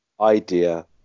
idea